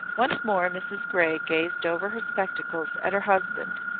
once more mrs grey gazed over her spectacles at her husband,